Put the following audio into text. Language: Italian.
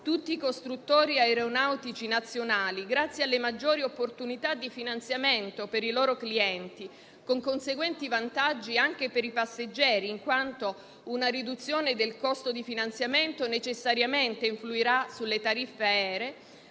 tutti i costruttori aeronautici nazionali, grazie alle maggiori opportunità di finanziamento per i loro clienti con conseguenti vantaggi anche per i passeggeri, in quanto una riduzione del costo di finanziamento necessariamente influirà sulle tariffe aeree,